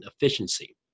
efficiency